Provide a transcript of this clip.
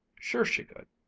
sure she could,